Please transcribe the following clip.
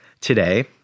Today